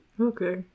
Okay